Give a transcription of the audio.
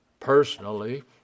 Personally